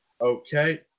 Okay